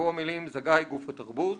יבואו המילים "זכאי גוף התרבות".